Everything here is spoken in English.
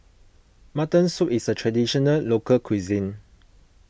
Mutton Soup is a Traditional Local Cuisine